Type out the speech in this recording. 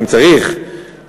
אם צריך,